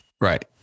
Right